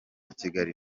kigali